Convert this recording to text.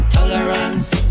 Tolerance